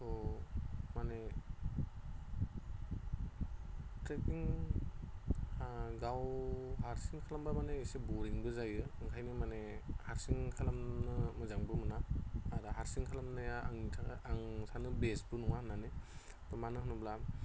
माने ट्रेक्किं गाव हारसिं खालामबा माने बरिंबो जायो ओंखायनो माने हारसिं खालामनो मोजांबो मोना आरो हारसिं खालामनाया आं सानो बेस्टबो नङा होननानै मानो होनोब्ला